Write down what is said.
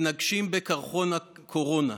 מתנגשת בקרחון הקורונה.